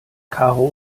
karo